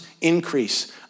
increase